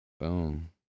Boom